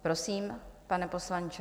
Prosím, pane poslanče.